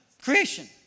creation